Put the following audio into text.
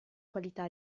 qualità